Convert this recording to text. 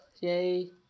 yay